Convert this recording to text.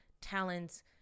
talents